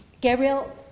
Gabriel